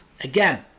Again